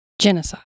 Genocide